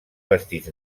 vestits